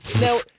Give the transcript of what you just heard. Now